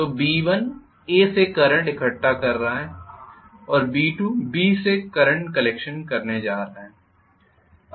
तो B1 A से current इकट्ठा कर रहा है और B2 B से करंट कलेक्शन करने जा रहा हूं